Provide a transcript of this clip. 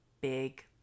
big